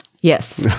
Yes